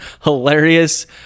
hilarious